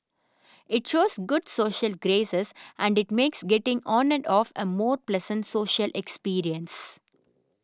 it shows good social graces and it makes getting on and off a more pleasant social experience